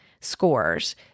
scores